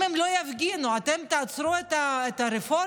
אם הם לא יפגינו אתם תעצרו את הרפורמה?